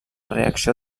reacció